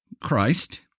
Christ